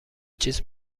چیز